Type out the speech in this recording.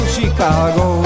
Chicago